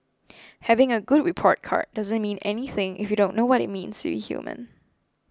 having a good report card doesn't mean anything if you don't know what it means to human